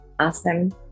Awesome